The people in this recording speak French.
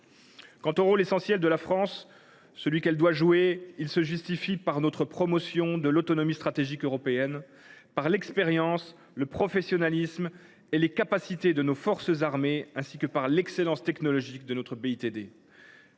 Quant au rôle essentiel que la France doit jouer, il se justifie par notre promotion de l’autonomie stratégique européenne, par l’expérience, le professionnalisme et les capacités de nos forces armées, ainsi que par l’excellence technologique de notre BITD.